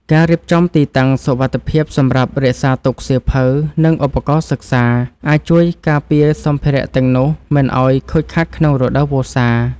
ការរៀបចំទីតាំងសុវត្ថិភាពសម្រាប់រក្សាទុកសៀវភៅ និង ឧបករណ៍សិក្សា អាចជួយការពារសម្ភារទាំងនោះមិនឱ្យខូចខាតក្នុងរដូវវស្សា។